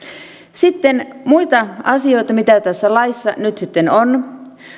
sitten muita asioita mitä tässä laissa nyt sitten on